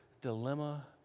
dilemma